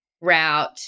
Route